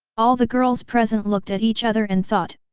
all the girls present looked at each other and thought,